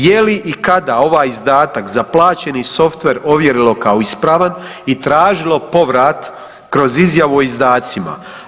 Je li i kada ovaj izdatak za plaćeni softver ovjerilo kao ispravan i tražilo povrat kroz izjavu o izdacima?